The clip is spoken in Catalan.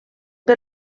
per